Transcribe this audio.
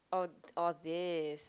oh all these